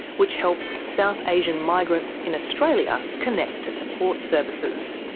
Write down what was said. which helps south asian migrants in australia connect to support services.